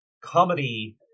comedy